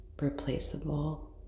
replaceable